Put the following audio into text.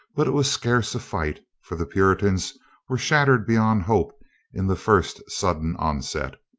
but it was scarce a fight, for the puritans were shattered beyond hope in the first sudden onset.